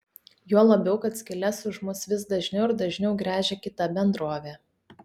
juo labiau kad skyles už mus vis dažniau ir dažniau gręžia kita bendrovė